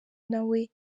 nawe